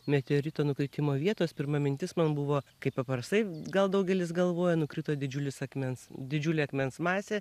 meteorito nukritimo vietos pirma mintis man buvo kaip paprastai gal daugelis galvoja nukrito didžiulis akmens didžiulė akmens masė